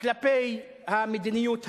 כלפי המדיניות הזו,